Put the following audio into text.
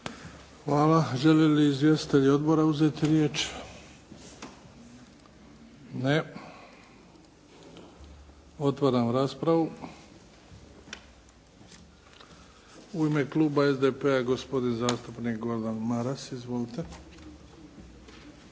Hvala. Žele li izvjestitelji odbora uzeti riječ? Ne. Otvaram raspravu. U ime kluba SDP-a, gospodin zastupnik Gordan Maras. Izvolite. **Maras,